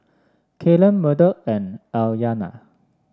Kaylen Murdock and Aryana